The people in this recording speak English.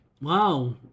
wow